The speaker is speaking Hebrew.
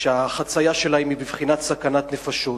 שהחצייה שלהם היא בבחינת סכנת נפשות.